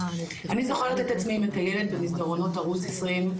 אני זוכרת את עצמי מטיילת במסדרונות ערוץ 20,